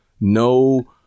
no